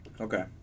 Okay